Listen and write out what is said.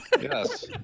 Yes